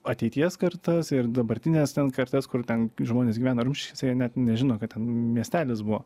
ateities kartas ir dabartines kartas kur ten žmonės gyvena rumšišėse jie net nežino kad ten miestelis buvo